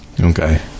Okay